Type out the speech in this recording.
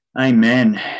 Amen